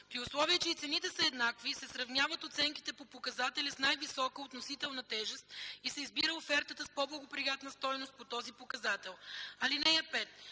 При условие, че и цените са еднакви се сравняват оценките по показателя с най-висока относителна тежест и се избира офертата с по-благоприятна стойност по този показател. (5)